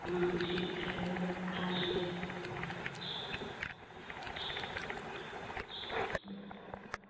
हाँ ठीक है हम खाएँगे